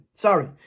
sorry